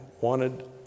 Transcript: wanted